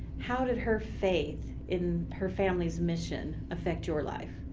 how did her faith in her family's mission affect your life,